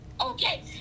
okay